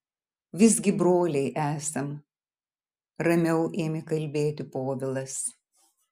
visgi broliai esam ramiau ėmė kalbėti povilas